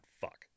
fuck